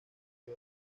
que